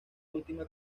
última